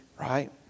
right